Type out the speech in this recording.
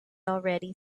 already